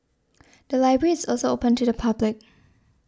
the library is also open to the public